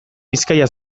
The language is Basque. bizkaia